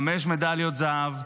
חמש מדליות זהב,